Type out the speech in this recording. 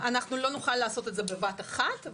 אז לא נוכל לעשות את זה בבת אחת.